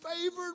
favored